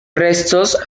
restos